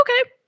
okay